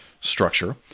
structure